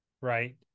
right